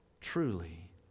truly